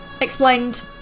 explained